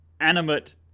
animate